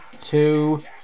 two